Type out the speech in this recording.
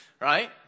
right